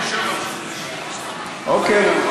אוקיי,